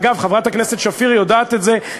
אגב, חברת הכנסת שפיר יודעת את זה.